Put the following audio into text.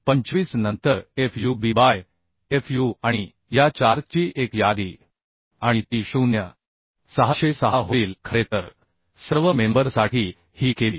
25 नंतर Fubबाय Fu आणि या 4 ची 1 यादी आणि ती 0606 होईल खरे तर सर्व मेंबर साठी ही KB